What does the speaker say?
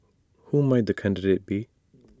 who might the candidate be